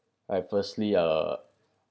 I firstly uh